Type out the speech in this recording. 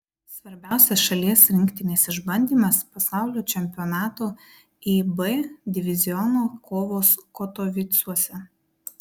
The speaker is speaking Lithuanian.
svarbiausias šalies rinktinės išbandymas pasaulio čempionato ib diviziono kovos katovicuose